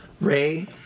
Ray